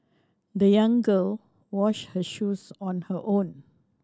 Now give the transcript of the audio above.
the young girl washed her shoes on her own